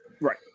right